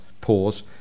pause